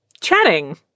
chatting